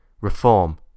reform